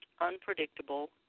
unpredictable